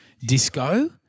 disco